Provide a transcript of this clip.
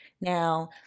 Now